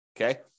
okay